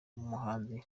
umuhanzi